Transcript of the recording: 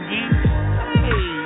Hey